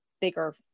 bigger